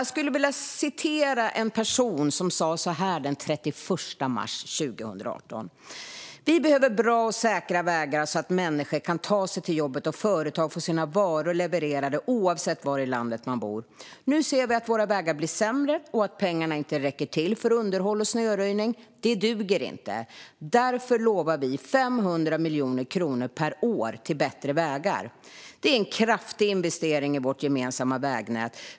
Jag skulle vilja citera en person som sa så här den 31 mars 2018: "Vi behöver bra och säkra vägar så att människor kan ta sig till jobbet och företag få sina varor levererade, oavsett var i landet man bor. Nu ser vi att våra vägar blir sämre och att pengarna inte räcker till för underhåll och snöröjning. Det duger inte. Moderaterna lovar därför 500 miljoner kronor per år till bättre vägar. Det är en kraftig investering i vårt gemensamma vägnät.